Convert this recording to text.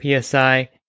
PSI